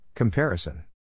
Comparison